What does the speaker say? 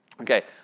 Okay